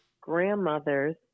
grandmother's